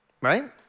Right